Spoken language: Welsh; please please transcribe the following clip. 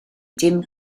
dim